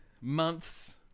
months